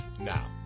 now